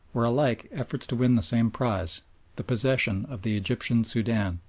were alike efforts to win the same prize the possession of the egyptian soudan.